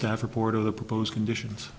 staff report of the proposed conditions